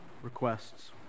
requests